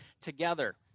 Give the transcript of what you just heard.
together